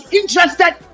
interested